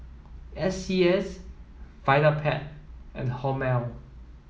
S C S Vitapet and Hormel